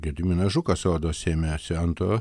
gediminas žukas rodos ėmėsi antrojo